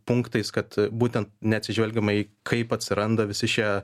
punktais kad būtent neatsižvelgiama į kaip atsiranda visi šie